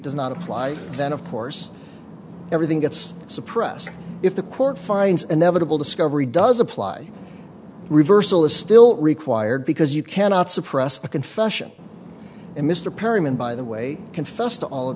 does not apply then of course everything gets suppressed if the court finds inevitable discovery does apply reversal is still required because you cannot suppress a confession and mr perelman by the way confess to all of